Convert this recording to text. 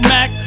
Mac